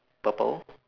purple